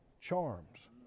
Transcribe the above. charms